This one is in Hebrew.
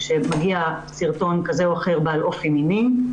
כשמגיע סרטון כזה או אחר והוא בעל אופי מיני.